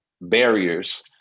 barriers